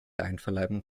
einverleiben